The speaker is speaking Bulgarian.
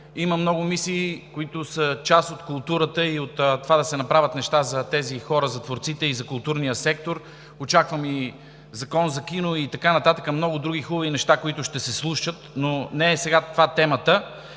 има много мисии, които са част от културата и от това да се направят неща за тези хора – за творците, и за културния сектор. Очакваме и закон за киното, и така нататък, много други хубави неща, които ще се случат, но не е сега това темата.